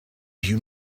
you